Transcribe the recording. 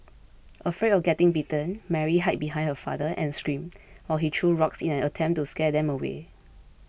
afraid of getting bitten Mary hid behind her father and screamed while he threw rocks in an attempt to scare them away